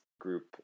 group